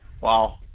wow